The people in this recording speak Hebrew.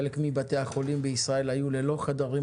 חלק מבתי החולים בישראל היו ללא חדרים